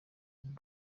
bubi